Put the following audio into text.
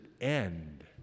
end